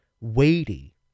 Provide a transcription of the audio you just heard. weighty